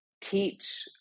teach